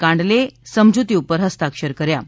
કાંડલે સમજૂતી ઉપર ફસ્તાક્ષર કર્યા હતા